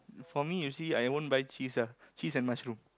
for me you see I won't buy cheese ah cheese and mushroom